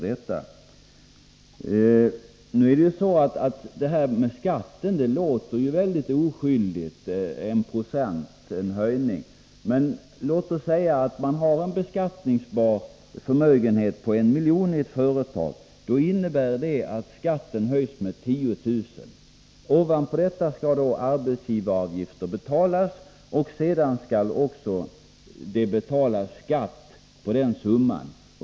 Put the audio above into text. Den här skattehöjningen låter väldigt oskyldig —en höjning med 1 20. Men låt oss säga att man har en beskattningsbar förmögenhet på 1 milj.kr. i ett företag. Det innebär då att skatten höjs med 10 000 kr. På detta belopp skall arbetsgivaravgifter betalas. Sedan skall också skatt betalas på hela summan.